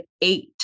eight